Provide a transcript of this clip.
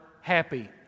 happy